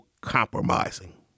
compromising